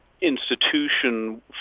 institution